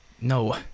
No